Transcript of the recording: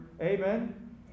Amen